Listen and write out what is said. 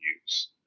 use